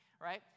right